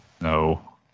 No